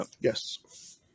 Yes